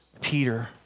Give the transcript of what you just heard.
Peter